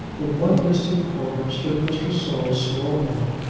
in one distant corner stood mr. saul's small bed,